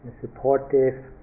supportive